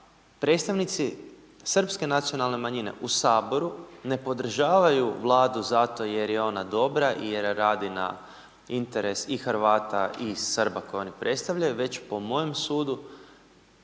predstavnici srpske nacionalne manjine u Saboru ne podržavaju Vladu zato jer je ona dobra i jer radi na interesu i Hrvata i Srba koju oni predstavljaju, već po mojem sudu,